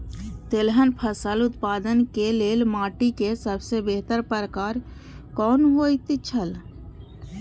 तेलहन फसल उत्पादन के लेल माटी के सबसे बेहतर प्रकार कुन होएत छल?